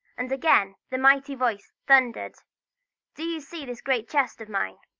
and again the mighty voice thundered do you see this great chest of mine?